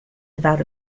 about